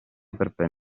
prendere